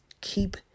keep